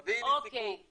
תביאי לי סיכום.